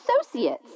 associates